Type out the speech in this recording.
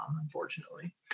unfortunately